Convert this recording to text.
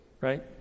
Right